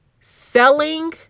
selling